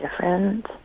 different